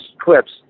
clips